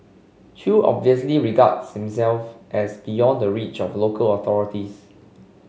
chew obviously regarded himself as beyond the reach of local authorities